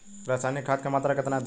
रसायनिक खाद के मात्रा केतना दी?